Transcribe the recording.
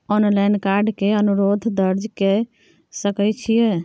Online card के अनुरोध दर्ज के सकै छियै?